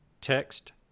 text